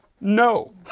No